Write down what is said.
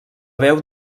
veu